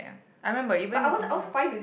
ya I remember even Instagram